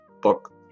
book